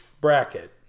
bracket